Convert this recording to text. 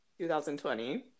...2020